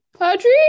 Audrey